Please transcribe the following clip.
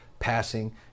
passing